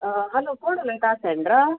hello कोण उलयता Sandra